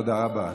תודה רבה.